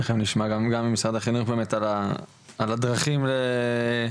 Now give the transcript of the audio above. תיכף נשמע גם ממשרד החינוך על הדרכים להתמודד,